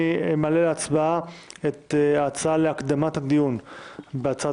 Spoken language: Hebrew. אני מעלה להצבעה את ההצעה להקדמת הדיון בהצעת